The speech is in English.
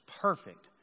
perfect